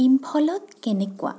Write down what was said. ইম্ফলত কেনেকুৱা